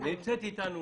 נמצאת איתנו